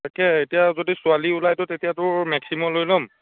তাকেহে এতিয়া যদি ছোৱালী ওলাই তো তেতিয়া তোৰ মেক্সিম' লৈ ল'ম